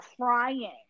crying